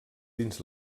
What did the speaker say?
dins